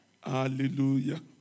Hallelujah